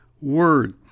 word